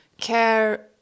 care